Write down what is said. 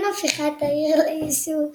עם הפיכת העיר ליישוב קבע,